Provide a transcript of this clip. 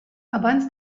abans